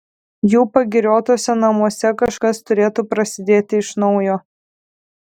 jų pagiriotuose namuose kažkas turėtų prasidėti iš naujo